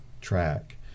track